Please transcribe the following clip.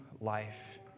life